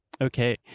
okay